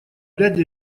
ряде